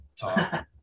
talk